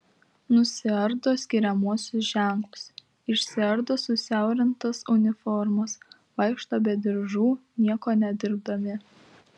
nusiardo skiriamuosius ženklus išsiardo susiaurintas uniformas vaikšto be diržų nieko nedirbdami